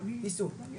ניסו את זה,